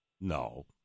No